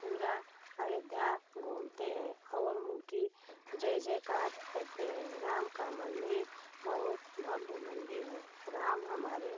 पूरा अयोध्या घूमते हैं और उनकी जय जयकार करते हैं राम का मंदिर बहुत भव्य मंदिर है राम हमारे